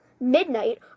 Midnight